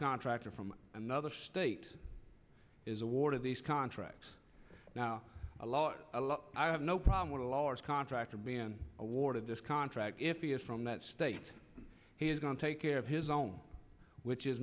contractor from another state is awarded these contracts now a lot i have no problem with a large contractor been awarded this contract if he is from that state he is going to take care of his own which is